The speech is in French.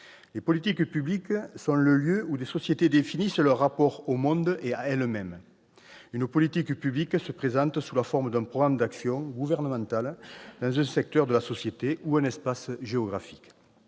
les politiques publiques sont le lieu où des sociétés définissent leur rapport au monde et à elles-mêmes ; une politique publique se présente sous la forme d'un programme d'action gouvernementale dans un secteur de la société ou un espace géographique.